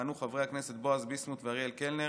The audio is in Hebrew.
יכהנו חברי הכנסת בועז ביסמוט ואריאל קלנר,